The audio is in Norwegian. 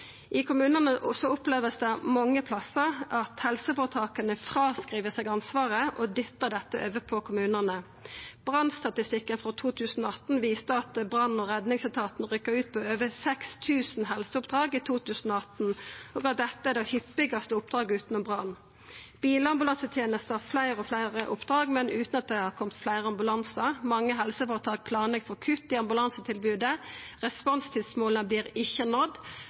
I kommunane opplever ein mange plassar at helseføretaka fråskriv seg ansvaret og dyttar det over på kommunane. Brannstatistikken for 2018 viste at brann- og redningsetaten rykte ut på over 6 000 helseoppdrag i 2018, og at dette er det hyppigaste oppdraget utanom brann. Bilambulansetenesta har fleire og fleire oppdrag, men utan at det har kome fleire ambulansar. Mange helseføretak planlegg for kutt i ambulansetilbodet, responstidsmåla vert ikkje